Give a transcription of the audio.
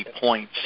points